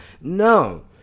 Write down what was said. no